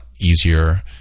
easier